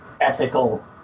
ethical